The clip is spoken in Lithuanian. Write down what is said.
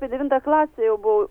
apie devintą klasę jau buvau